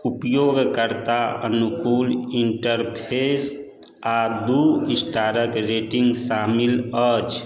उपयोगकर्ता अनुकूल इंटरफेस आ दू स्टारक रेटिंग शामिल अछि